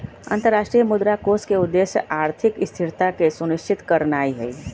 अंतरराष्ट्रीय मुद्रा कोष के उद्देश्य आर्थिक स्थिरता के सुनिश्चित करनाइ हइ